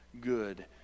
good